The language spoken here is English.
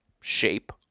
shape